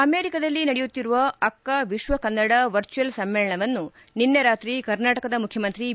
ಅಮೆರಿಕದಲ್ಲಿ ನಡೆಯುತ್ತಿರುವ ಅಕ್ಕ ವಿಶ್ವ ಕನ್ನಡ ವರ್ಚುಯೆಲ್ ಸಮ್ಮೇಳನವನ್ನು ನಿನ್ನೆ ರಾತ್ರಿ ಕರ್ನಾಟಕದ ಮುಖ್ಯಮಂತ್ರಿ ಬಿ